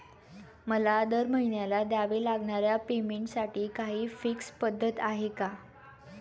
मला दरमहिन्याला द्यावे लागणाऱ्या पेमेंटसाठी काही फिक्स पद्धत आहे का?